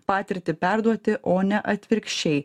patirtį perduoti o ne atvirkščiai